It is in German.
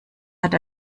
hat